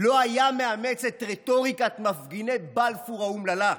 לא היה מאמץ את רטוריקת מפגיני בלפור האומללה.